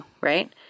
right